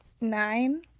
nine